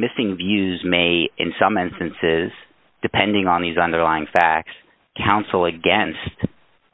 missing views may in some instances depending on these underlying facts counsel against